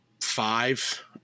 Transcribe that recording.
five